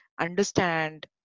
understand